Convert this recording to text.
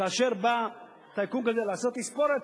כאשר בא טייקון גדול לעשות תספורת,